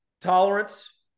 tolerance